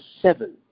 seven